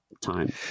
Time